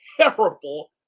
terrible